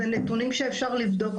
אלה נתונים שאפשר לבדוק,